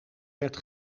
werd